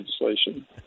legislation